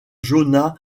joanna